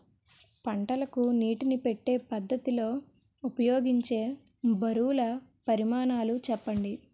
పంటలకు నీటినీ పెట్టే పద్ధతి లో ఉపయోగించే బరువుల పరిమాణాలు చెప్పండి?